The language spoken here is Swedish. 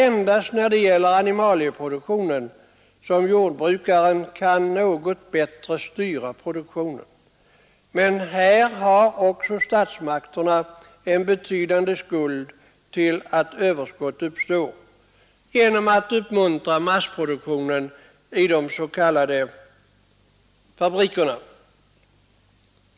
Endast då det gäller animalieproduktion kan jordbru karen något bättre styra produktionen. Men här har också statsmakterna en betydande skuld till att överskott uppstår genom att man uppmuntrar massproduktion i de så kallade djurfabrikerna.